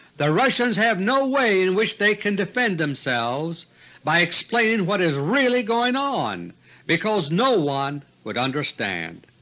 the russians have no way in which they can defend themselves by explaining what is really going on because no one would understand.